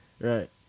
Right